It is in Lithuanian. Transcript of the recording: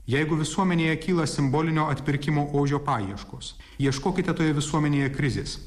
jeigu visuomenėje kyla simbolinio atpirkimo ožio paieškos ieškokite toje visuomenėje krizės